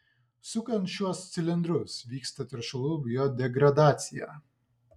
sukant šiuos cilindrus vyksta teršalų biodegradacija